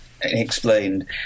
explained